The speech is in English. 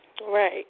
Right